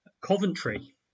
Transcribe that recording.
Coventry